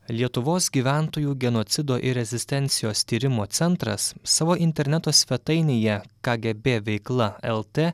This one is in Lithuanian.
lietuvos gyventojų genocido ir rezistencijos tyrimo centras savo interneto svetainėje kgb veikla lt